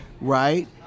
right